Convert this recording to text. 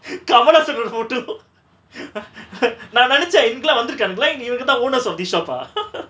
kamalahasan னோட:noda photo நா நெனச்ச இதுகெல்லா வந்திருக்க இவங்களா இங்க இவங்கதா:na nenacha ithukella vanthiruka ivangala inga ivangatha owners of this sofa